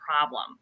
problem